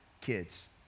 kids